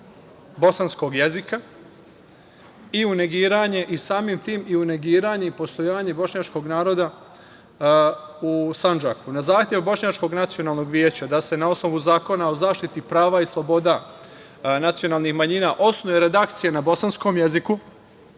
bosanskog jezika i samim tim i u negiranje i postojanje bošnjačkog naroda u Sandžaku. Na zahtev Bošnjačkog nacionalnog veća da se na osnovu Zakona o zaštiti prava i sloboda nacionalnih manjina osnuje redakcija na bosanskom jeziku,